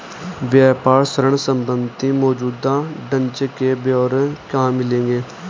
व्यापार ऋण संबंधी मौजूदा ढांचे के ब्यौरे कहाँ मिलेंगे?